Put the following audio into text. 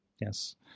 Yes